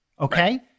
okay